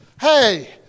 Hey